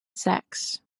sex